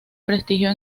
prestigio